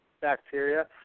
bacteria